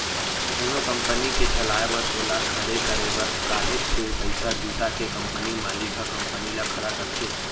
कोनो कंपनी के चलाए बर ओला खड़े करे बर काहेच के पइसा जुटा के कंपनी मालिक ह कंपनी ल खड़ा करथे